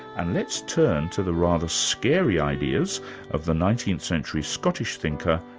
and let's turn to the rather scary ideas of the nineteenth century scottish thinker,